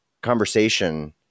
conversation